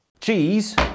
Cheese